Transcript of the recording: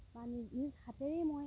বা নিজ হাতেৰেই মই